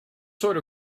sort